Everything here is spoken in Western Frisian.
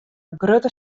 grutte